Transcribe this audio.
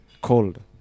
cold